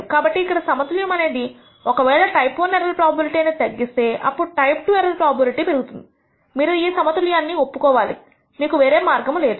కాబట్టి ఇక్కడ సమతుల్యం అనేది ఒకవేళ టైప్ I ఎర్రర్ ప్రోబబిలిటీ అనేది తగ్గిస్తే అప్పుడు టైప్ II ఎర్రర్ ప్రోబబిలిటీ పెరుగుతుంది మీరు ఈ సమతుల్యాన్ని ఒప్పుకోవాలి మీకు వేరే మార్గము లేదు